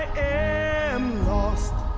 am lost